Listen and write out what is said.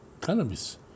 cannabis